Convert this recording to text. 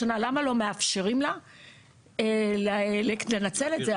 למה לא מאפשרים לה לנצל את זה?